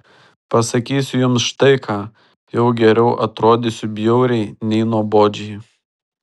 pasakysiu jums štai ką jau geriau atrodysiu bjauriai nei nuobodžiai